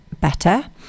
better